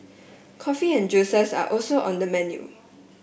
coffee and juices are also on the menu